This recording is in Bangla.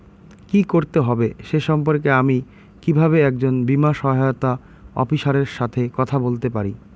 কী করতে হবে সে সম্পর্কে আমি কীভাবে একজন বীমা সহায়তা অফিসারের সাথে কথা বলতে পারি?